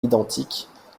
identiques